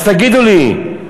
אז תגידו לי,